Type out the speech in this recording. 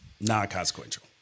non-consequential